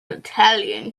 italian